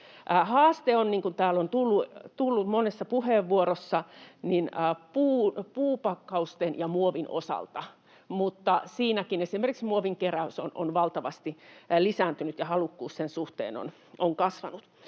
täällä on tullut monessa puheenvuorossa, puupakkausten ja muovin osalta, mutta siinäkin esimerkiksi muovinkeräys on valtavasti lisääntynyt ja halukkuus sen suhteen on kasvanut,